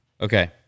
Okay